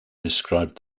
described